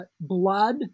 blood